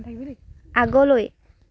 আগলৈ